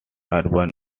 urban